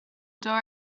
door